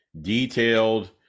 detailed